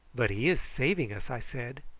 but he is saving us, i said.